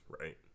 right